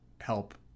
help